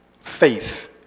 faith